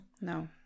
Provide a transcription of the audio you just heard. No